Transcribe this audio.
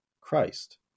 Christ